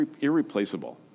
irreplaceable